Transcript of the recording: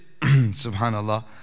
subhanallah